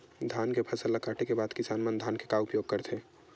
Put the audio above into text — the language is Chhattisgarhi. धान के फसल ला काटे के बाद किसान मन धान के का उपयोग करथे?